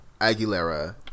Aguilera